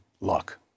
luck